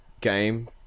game